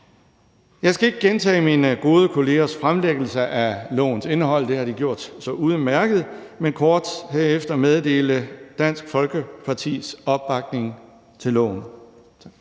Jeg skal ikke gentage min gode kollegers fremlæggelse af lovforslagets indhold, de har gjort det så udmærket, men blot kort meddele Dansk Folkepartis opbakning til